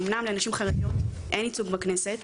אומנם לנשים חרדיות אין ייצוג בכנסת,